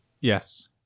Yes